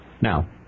Now